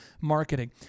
marketing